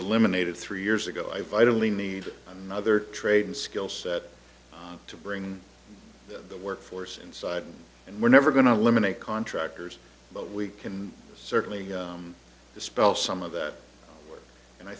eliminated three years ago i vitally needed another trade and skill set to bring the workforce inside and we're never going to eliminate contractors but we can certainly dispel some of that and i